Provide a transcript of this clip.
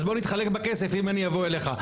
אז בוא נתחלק בכסף אם אני אבוא אליך.